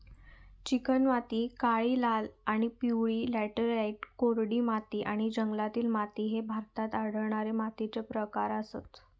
चिकणमाती, काळी, लाल आणि पिवळी लॅटराइट, कोरडी माती आणि जंगलातील माती ह्ये भारतात आढळणारे मातीचे प्रकार आसत